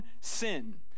sin